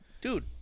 Dude